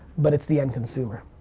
but it's the end consumer.